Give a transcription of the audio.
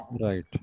Right